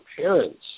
parents